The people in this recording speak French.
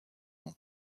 nom